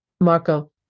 Marco